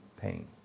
pain